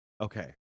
okay